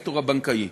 בסקטור הבנקאי.